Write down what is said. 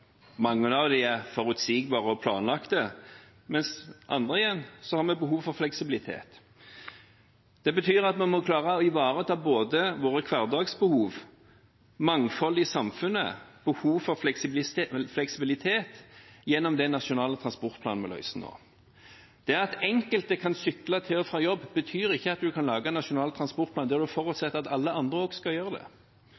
Mange av dem er forutsigbare og planlagt, mens med andre har vi behov for fleksibilitet. Det betyr at vi må klare å ivareta både våre hverdagsbehov, mangfold i samfunnet og behov for fleksibilitet gjennom den nasjonale transportplanen vi legger fram nå. Det at enkelte kan sykle til og fra jobb, betyr ikke at man kan lage en nasjonal transportplan der